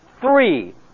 three